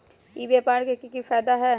ई व्यापार के की की फायदा है?